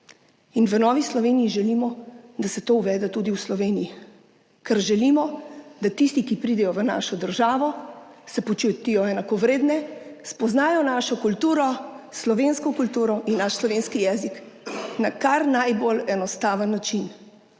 V Novi Sloveniji želimo, da se to uvede tudi v Sloveniji. Ker želimo, da se tisti, ki pridejo v našo državo, počutijo enakovredne, spoznajo našo kulturo, slovensko kulturo, in naš slovenski jezik na kar najbolj enostaven način